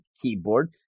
keyboard